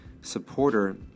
supporter